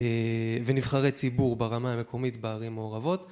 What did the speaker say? ונבחרי ציבור ברמה המקומית בערים מעורבות